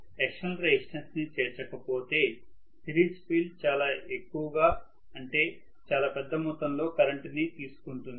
external resistance ని చేర్చక పోతే సిరీస్ ఫీల్డ్ చాలా ఎక్కువ గా అంటే చాలా పెద్ద మొత్తం లో కరెంటు ని తీసుకుంటుంది